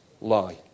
lie